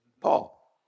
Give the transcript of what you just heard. Paul